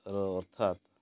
ର ଅର୍ଥାତ୍